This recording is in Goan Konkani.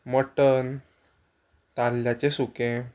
मटन ताल्ल्याचें सुकें